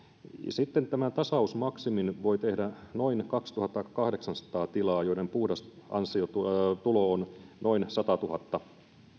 sitten tämän tasausmaksimin voi tehdä noin kaksituhattakahdeksansataa tilaa joiden puhdas tulo on noin satatuhatta